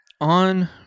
On